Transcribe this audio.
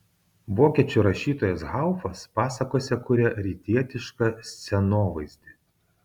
vokiečių rašytojas haufas pasakose kuria rytietišką scenovaizdį